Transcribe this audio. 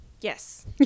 Yes